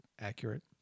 accurate